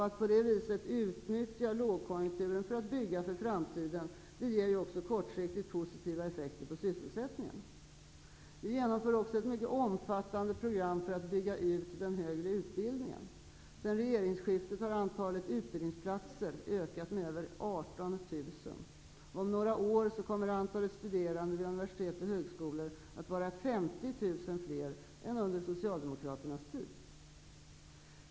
Att på detta sätt utnyttja lågkonjunkturen för att bygga för framtiden ger också kortsiktigt positiva effekter på sysselsättningen. Vi genomför också ett mycket omfattande program för att bygga ut den högre utbildningen. Sedan regeringsskiftet har antalet utbildningsplatser ökat med över 18 000. Om några år kommer antalet studerande vid universitet och högskolor att vara 50 000 fler än under Socialdemokraternas tid.